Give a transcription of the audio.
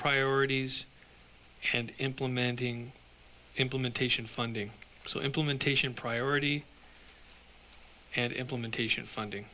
priorities and implementing implementation funding so implementation priority and implementation funding